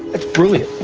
it's brilliant